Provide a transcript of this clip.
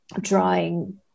drawing